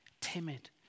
timid